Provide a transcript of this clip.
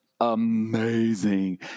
amazing